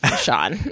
Sean